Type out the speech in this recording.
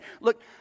Look